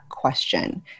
question